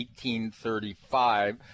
1835